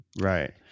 right